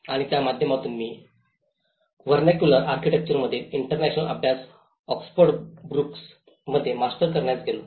आणि त्या माध्यमातून मी व्हर्नाक्युलर आर्किटेक्चर मधील इंटरनॅशनल अभ्यास ऑन ऑक्सफोर्ड ब्रूक्समध्ये मास्टर्स करण्यास गेलो